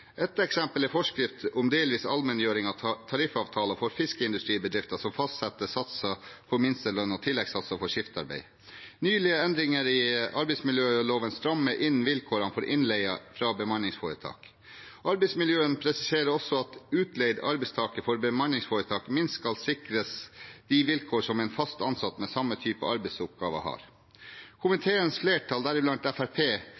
Et eksempel er forskrift om delvis allmenngjøring av tariffavtale for fiskeindustribedrifter, som fastsetter satser for minstelønn og tilleggssatser for skiftarbeid. Nylige endringer i arbeidsmiljøloven strammer inn på vilkårene for innleie fra bemanningsforetak. Arbeidsmiljøloven presiserer også at en utleid arbeidstaker fra et bemanningsforetak minst skal sikres de vilkår som en fast ansatt med samme type arbeidsoppgaver har.